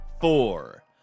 four